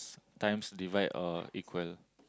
times divide or equal